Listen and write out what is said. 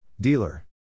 Dealer